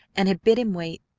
and had bid him wait,